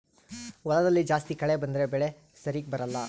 ಹೊಲದಲ್ಲಿ ಜಾಸ್ತಿ ಕಳೆ ಬಂದ್ರೆ ಬೆಳೆ ಸರಿಗ ಬರಲ್ಲ